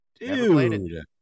Dude